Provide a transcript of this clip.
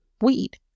weed